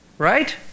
Right